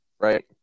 right